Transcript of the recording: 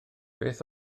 beth